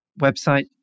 website